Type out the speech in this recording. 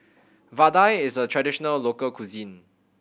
vadai is a traditional local cuisine